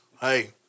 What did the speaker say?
hey